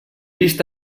vist